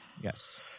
Yes